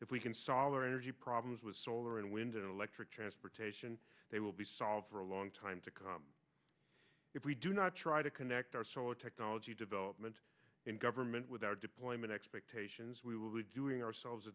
if we can solve our energy problems with solar and wind and electric transportation they will be solved for a long time to come if we do not try to connect our solar technology development and government with our deployment expectations we will be doing ourselves a